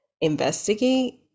investigate